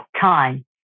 time